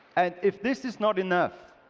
and if this is not enough,